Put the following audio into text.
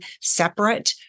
separate